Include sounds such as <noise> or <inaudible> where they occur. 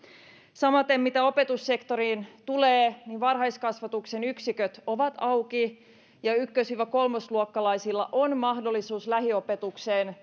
samaten mitä opetussektoriin tulee varhaiskasvatuksen yksiköt ovat auki ja ykkös kolmosluokkalaisilla on mahdollisuus lähiopetukseen <unintelligible>